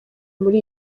muri